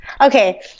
Okay